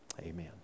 Amen